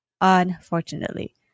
unfortunately